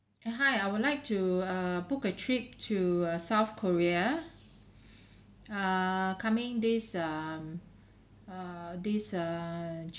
hi I would like to err book a trip to uh south korea err coming this um err this err